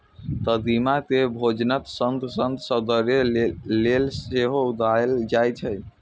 कदीमा कें भोजनक संग संग सौंदर्य लेल सेहो उगायल जाए छै